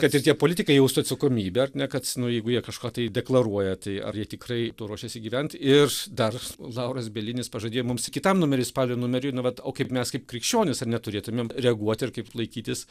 kad ir tie politikai jaustų atsakomybę ar ne kad nu jeigu jie kažką tai deklaruoja tai ar jie tikrai tuo ruošiasi gyvent ir dar lauras bielinis pažadėjo mums kitam numeriui spalio numeriunu vat o kaip mes kaip krikščionys ar neturėtumėm reaguot ir kaip laikytis